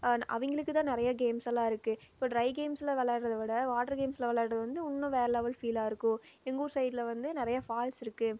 அவங்களுக்கு தான் நிறையா கேம்ஸ் எல்லாம் இருக்குது இப்போ ட்ரை கேம்ஸில் விளாடுறத விட வாட்டர் கேம்ஸில் விளாடுறது வந்து இன்னும் வேறு லெவல் ஃபீல்லாக இருக்கும் எங்கள் ஊர் சைடில் வந்து நிறைய ஃபால்ஸ் இருக்குது